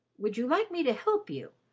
would you like me to help you?